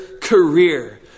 career